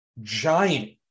giant